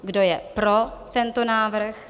Kdo je pro tento návrh?